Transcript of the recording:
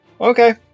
Okay